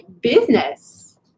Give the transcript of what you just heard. business